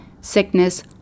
sickness